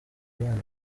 abana